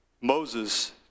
Moses